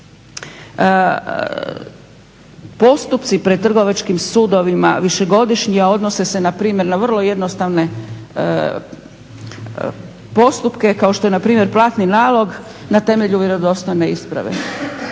postupci pred Trgovačkim sudovima, višegodišnje a odnose se npr. na vrlo jednostavne postupke, kao što je npr. platni nalog na temelju vjerodostojne isprave.